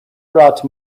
brought